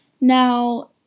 Now